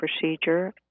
procedure